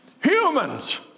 humans